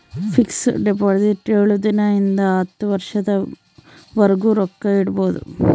fix deposit ಏಳು ದಿನ ಇಂದ ಹತ್ತು ವರ್ಷದ ವರ್ಗು ರೊಕ್ಕ ಇಡ್ಬೊದು